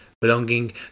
belonging